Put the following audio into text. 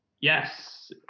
Yes